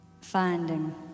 finding